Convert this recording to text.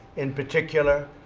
in particular.